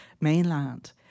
mainland